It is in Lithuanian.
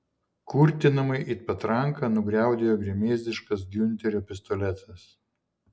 kurtinamai it patranka nugriaudėjo gremėzdiškas giunterio pistoletas